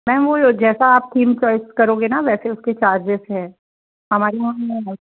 ma'am वह जैसा आप थीम चॉइस करोगी ना वैसे उसके चार्ज हैं हमारे यहाँ है मैम